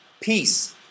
peace